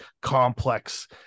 complex